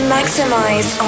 Maximize